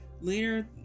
later